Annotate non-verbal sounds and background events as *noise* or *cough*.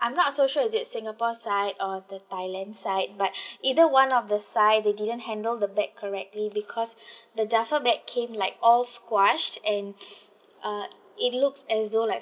I'm not so sure is it singapore side or the thailand side but *breath* either one of the side they didn't handle the bag correctly because *breath* the duffle bag came like all squashed and *breath* uh it looks as though like